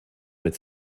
mit